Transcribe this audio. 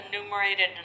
enumerated